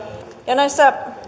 ja näissä